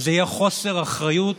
וזה יהיה חוסר אחריות,